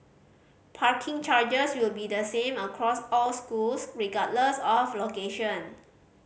parking charges will be the same across all schools regardless of location